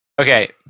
Okay